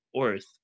Earth